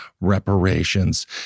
reparations